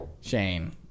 shane